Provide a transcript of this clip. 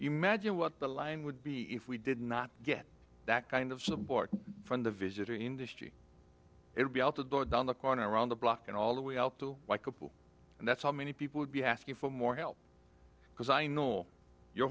imagine what the line would be if we did not get that kind of support from the visitor industry it would be out the door down the corner around the block and all the way out to like a pool and that's how many people would be asking for more help because i know your